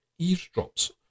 eavesdrops